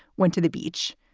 went to the beach.